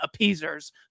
appeasers